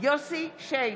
יוסף שיין,